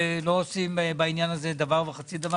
שלא עושים בעניין הזה דבר וחצי דבר.